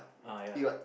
uh ya